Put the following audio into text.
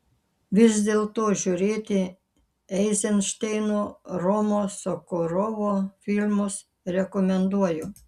vis dėlto žiūrėti eizenšteino romo sokurovo filmus rekomenduoju